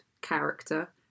character